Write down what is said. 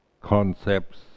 concepts